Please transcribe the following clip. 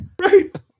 right